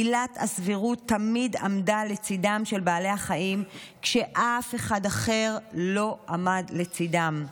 עילת הסבירות תמיד עמדה לצידם של בעלי החיים כשאף אחד אחר לא עמד לצידם.